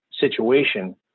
situation